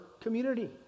community